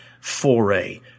foray